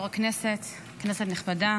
סגן יו"ר הכנסת, כנסת נכבדה,